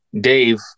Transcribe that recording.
Dave